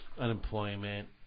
unemployment